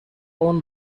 own